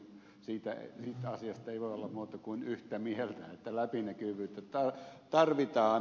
siitä asiasta ei voi olla muuta kuin yhtä mieltä että läpinäkyvyyttä tarvitaan